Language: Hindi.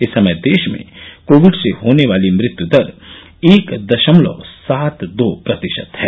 इस समय देश में कोविड से होने वाली मृत्य दर एक दशमलव सात दो प्रतिशत है